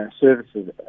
Services